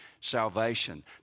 salvation